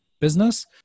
business